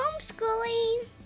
homeschooling